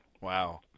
Wow